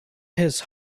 his